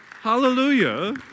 Hallelujah